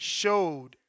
showed